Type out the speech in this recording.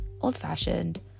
old-fashioned